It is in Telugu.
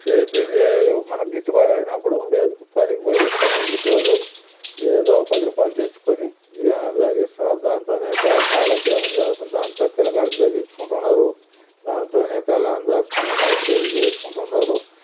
సేద్యం చేయు మనకు గిట్టుబాటు అయినప్పుడు ఏదో ఒక పనికి పోయి పనికి తోడు ఏదో ఒక పది రూపాయలు తెచ్చుకొని జీవనం సాగిస్తున్నారు దానితోనే ఒక కాలక్షేపం చేస్తా దానితోనే పిలకాయలకి చదివించుకుంటున్నారు దానితోనే పెళ్ళాన్ని చాక్కుంటున్నారు పెళ్లి చేసుకుంటున్నారు